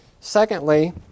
Secondly